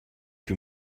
que